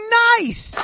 nice